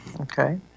Okay